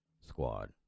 squad